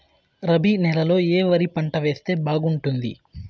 రబి నెలలో ఏ వరి పంట వేస్తే బాగుంటుంది